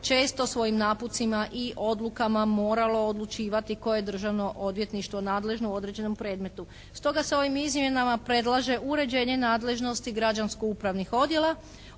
često svojim napucima i odlukama moralo odlučivati koje je državno odvjetništvo nadležno u određenom predmetu. Stoga se ovim izmjenama predlaže uređenje nadležnosti građansko-upravnih odjela,